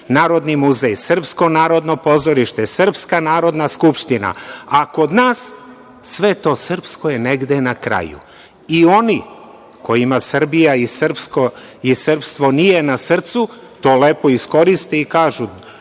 narodni muzej, srpsko narodno pozorište, srpska Narodna Skupština, a kod nas sve to srpsko je negde na kraju. Oni kojima Srbija i srpstvo nije na srcu, to lepo iskoriste i kažu